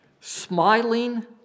smiling